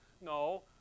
No